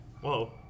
Whoa